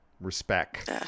Respect